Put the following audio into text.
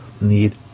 need